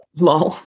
Lol